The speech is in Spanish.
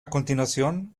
continuación